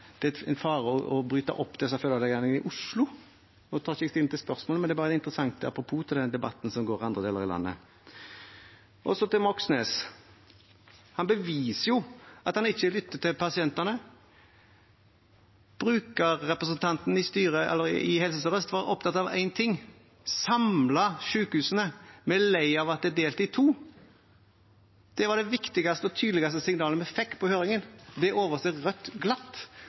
en fare å bryte opp disse fødeavdelingene i Oslo. Nå tar jeg ikke stilling til spørsmålet, det er bare et interessant apropos til den debatten som går i andre deler av landet. Så til representanten Moxnes. Han beviser jo at han ikke lytter til pasientene. Brukerrepresentanten i Helse Sør-Øst var opptatt av én ting: Samle sykehusene, vi er lei av at det er delt i to! Det var det viktigste og tydeligste signalet vi fikk i høringen. Det overser Rødt glatt.